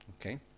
Okay